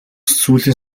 сүүлийн